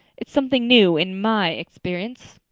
it's something new in my experience.